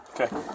Okay